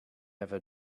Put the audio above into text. ever